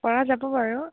পৰা যাব বাৰু